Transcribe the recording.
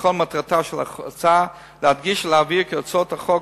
וכל מטרתה של ההצעה להדגיש ולהבהיר כי הוראות החוק